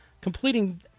completing